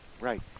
Right